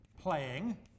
playing